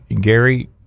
Gary